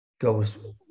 goes